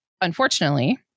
unfortunately